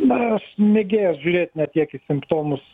na aš mėgėjas žiūrėt ne tiek į simptomus